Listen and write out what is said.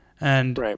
Right